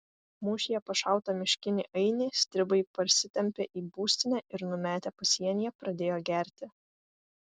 mūšyje pašautą miškinį ainį stribai parsitempė į būstinę ir numetę pasienyje pradėjo gerti